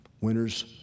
Winners